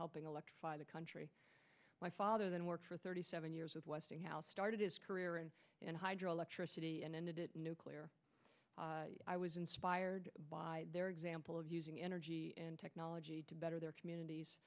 helping electrify the country my father then worked for thirty seven years with westinghouse started his career and hydro electricity and ended it nuclear i was inspired by their example of using energy and technology to better their communities